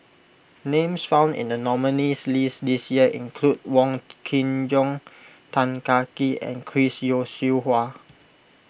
names found in the nominees' list this year include Wong Kin Jong Tan Kah Kee and Chris Yeo Siew Hua